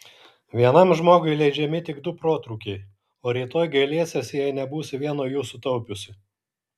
vienam žmogui leidžiami tik du protrūkiai o rytoj gailėsiesi jei nebūsi vieno jų sutaupiusi